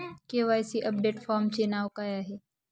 KYC update फॉर्मचे नाव काय आहे?